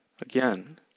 again